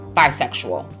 bisexual